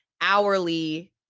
hourly